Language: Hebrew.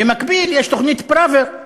ובמקביל יש תוכנית פראוור,